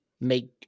make